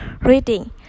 reading